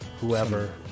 whoever –